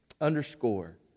underscore